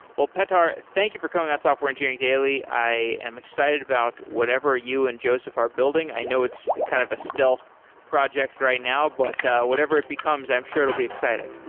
ah petar, thank you for coming on software engineering daily. i am excited about whatever you and joseph are building. i know it's kind of a stealth project right now, but whatever it becomes, i'm sure it'll be exciting.